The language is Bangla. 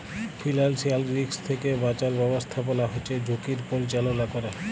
ফিল্যালসিয়াল রিস্ক থ্যাইকে বাঁচার ব্যবস্থাপলা হছে ঝুঁকির পরিচাললা ক্যরে